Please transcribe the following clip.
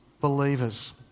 believers